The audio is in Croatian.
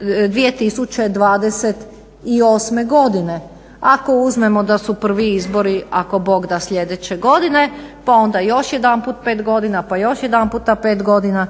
2028. godine. Ako uzmemo da su prvi izbori, ako bog da sljedeće godine pa onda još jedanput pet godina, pa još jedan puta pet godina.